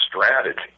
strategy